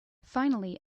finally